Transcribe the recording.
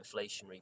inflationary